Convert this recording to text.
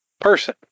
person